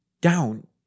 down